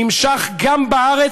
הוא דבר שנמשך גם בארץ,